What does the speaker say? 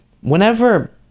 whenever